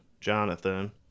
jonathan